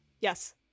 Yes